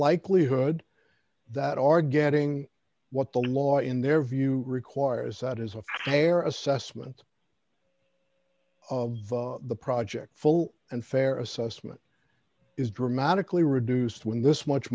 likelihood that are getting what the law in their view requires that is a hair assessment of the project full and fair assessment is dramatically reduced when this much